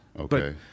Okay